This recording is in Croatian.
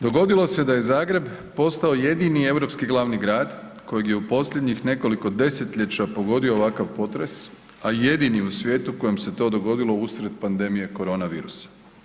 Dogodilo se da je Zagreb postao jedini europski glavni grad kojeg je u posljednjih nekoliko desetljeća pogodio ovakav potres, a jedini u svijetu kojem se to dogodilo usred pandemije korona virusa.